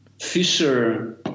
Fisher